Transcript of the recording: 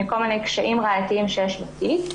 מכל מיני קשיים ראייתיים שיש בתיק,